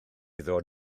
ddod